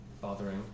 bothering